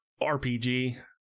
rpg